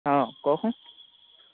অঁ কওকচোন